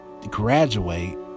graduate